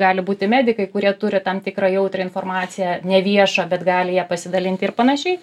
gali būti medikai kurie turi tam tikrą jautrią informaciją ne viešą bet gali ja pasidalinti ir panašiai